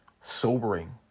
sobering